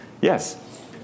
Yes